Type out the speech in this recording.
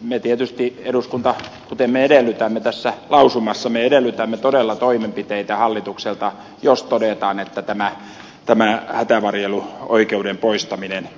me tietysti eduskunnassa kuten me edellytämme tässä lausumassa edellytämme todella toimenpiteitä hallitukselta jos todetaan että tämä hätävarjeluoikeuden poistaminen